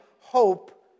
hope